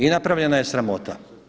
I napravljena je sramota.